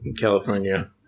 California